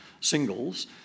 singles